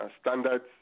Standards